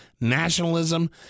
nationalism